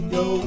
go